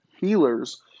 Healers